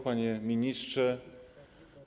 Panie Ministrze!